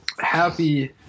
happy